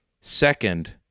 Second